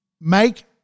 make